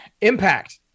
impact